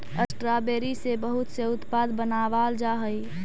strawberry से बहुत से उत्पाद बनावाल जा हई